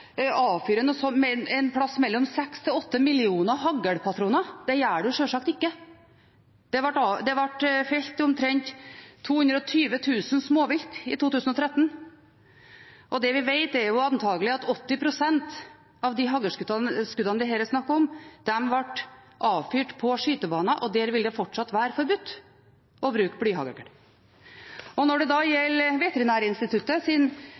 mellom seks og åtte millioner haglpatroner. Det gjør man sjølsagt ikke. Det ble felt omtrent 220 000 småvilt i 2013. Det vi vet, er at antagelig 80 pst. av de haglskuddene det her er snakk om, ble avfyrt på skytebaner, og der vil det fortsatt være forbudt å bruke blyhagl. Når det gjelder